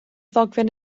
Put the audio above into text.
ddogfen